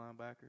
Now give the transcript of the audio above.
linebacker